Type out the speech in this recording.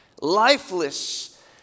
lifeless